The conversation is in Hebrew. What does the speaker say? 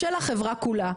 של החברה כולה,